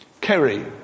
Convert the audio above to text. Kerry